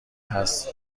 هست